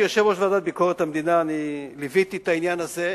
כיושב-ראש הוועדה לביקורת המדינה ליוויתי את העניין הזה,